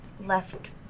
left